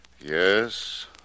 Yes